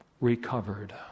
recovered